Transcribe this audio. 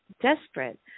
desperate